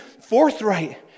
forthright